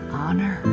honor